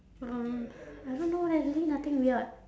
um I don't know leh really nothing weird